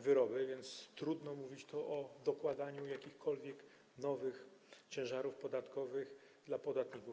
wyroby, więc trudno mówić tu o dokładaniu jakichkolwiek nowych ciężarów podatkowych dla podatników.